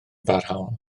barhaol